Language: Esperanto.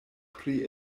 pri